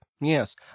Yes